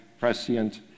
prescient